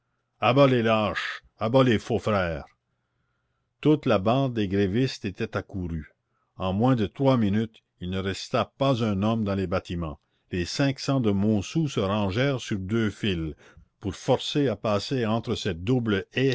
a bas les lâches à bas les faux frères toute la bande des grévistes était accourue en moins de trois minutes il ne resta pas un homme dans les bâtiments les cinq cents de montsou se rangèrent sur deux files pour forcer à passer entre cette double